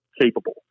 capable